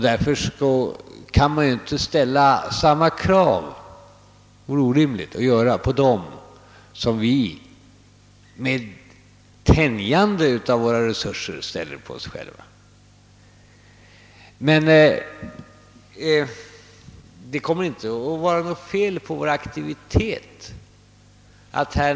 Därför vore det orimligt att ställa samma krav på norrmännen som vi — med tänjande av våra resurser — ställer på oss själva. Det kommer emellertid inte att vara något fel på vår aktivitet.